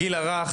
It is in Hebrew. הגיל הרך,